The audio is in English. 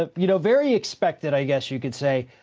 ah you know, very expected, i guess you could say,